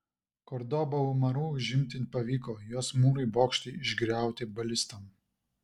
kordobą umaru užimti pavyko jos mūrai bokštai išgriauti balistom